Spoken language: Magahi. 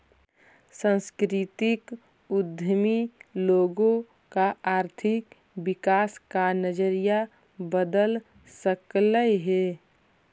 सांस्कृतिक उद्यमी लोगों का आर्थिक विकास का नजरिया बदल सकलई हे